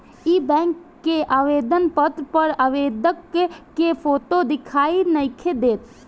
इ बैक के आवेदन पत्र पर आवेदक के फोटो दिखाई नइखे देत